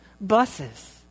buses